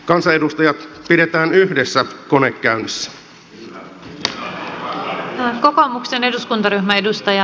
kansanedustajat pidetään yhdessä kone käynnissä